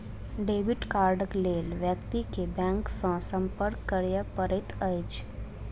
debit कार्डक लेल व्यक्ति के बैंक सॅ संपर्क करय पड़ैत अछि